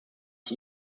ich